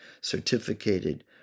certificated